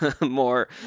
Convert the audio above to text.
more